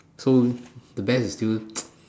so the best is still